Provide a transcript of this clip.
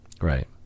Right